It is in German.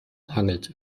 hangelt